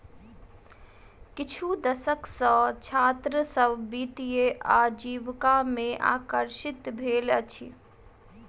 किछु दशक सॅ छात्र सभ वित्तीय आजीविका में आकर्षित भेल अछि